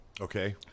Okay